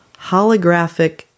holographic